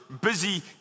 busy